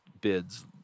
bids